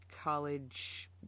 college